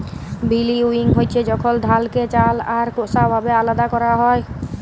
ভিল্লউইং হছে যখল ধালকে চাল আর খোসা ভাবে আলাদা ক্যরা হ্যয়